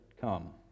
come